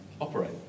operate